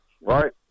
right